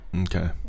Okay